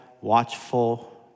watchful